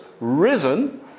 risen